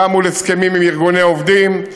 גם מול הסכמים עם ארגוני עובדים,